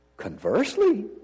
Conversely